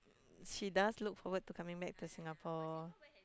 she does look forward to coming back to Singapore